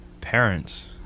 parents